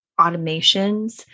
automations